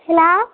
hello